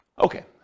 Okay